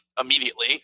immediately